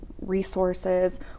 resources